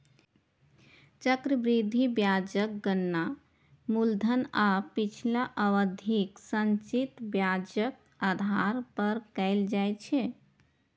चक्रवृद्धि ब्याजक गणना मूलधन आ पिछला अवधिक संचित ब्याजक आधार पर कैल जाइ छै